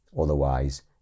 Otherwise